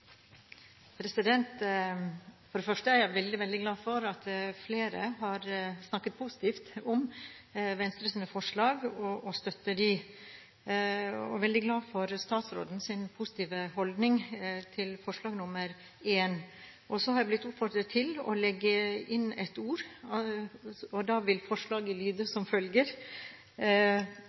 jeg veldig glad for at flere har snakket positivt om Venstres forslag og støtter dem. Jeg er også veldig glad for statsrådens positive holdning til forslag nr. 1. Så har jeg blitt oppfordret til å legge til et ord, og da vil forslaget lyde som følger: